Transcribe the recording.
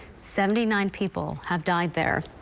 seventy nine people have died there.